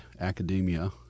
academia